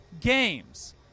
games